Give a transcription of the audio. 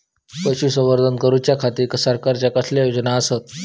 पशुसंवर्धन करूच्या खाती सरकारच्या कसल्या योजना आसत?